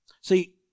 See